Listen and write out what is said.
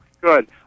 Good